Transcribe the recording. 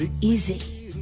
easy